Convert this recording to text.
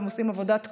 הם עושים עבודת קודש,